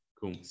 Cool